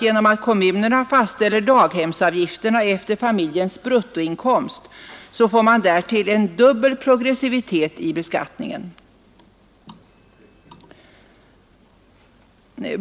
Genom att kommunerna fastställer daghemsavgiften efter familjens bruttoinkomst får man därtill en dubbel progressivitet i beskattningen.